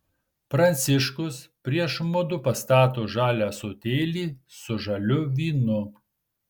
pranciškus prieš mudu pastato žalią ąsotėlį su žaliu vynu